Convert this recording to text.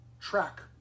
track